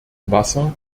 wasser